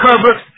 Cover